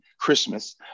Christmas